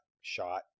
shot